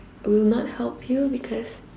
will not help you because